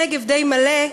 הנגב די מלא.